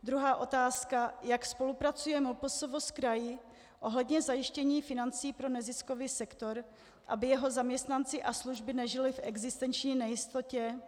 Druhá otázka: Jak spolupracuje MPSV s kraji ohledně zajištění financí pro neziskový sektor, aby jeho zaměstnanci a služby nežili v existenční nejistotě?